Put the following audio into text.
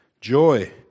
joy